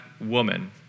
woman